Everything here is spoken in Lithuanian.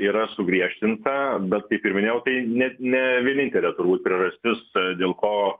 yra sugriežtinta bet kaip ir minėjau tai ne ne vienintelė turbūt priežastis dėl ko